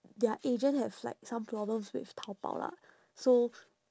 their agent have like some problems with taobao lah so